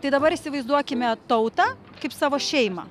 tai dabar įsivaizduokime tautą kaip savo šeimą